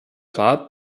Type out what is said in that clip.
rat